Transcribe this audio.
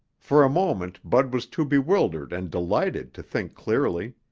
for a moment bud was too bewildered and delighted to think clearly.